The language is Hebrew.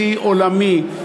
שיא עולמי,